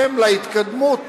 בהתאם להתקדמות